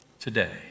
Today